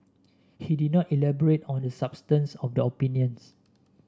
he did not elaborate on the substance of the opinions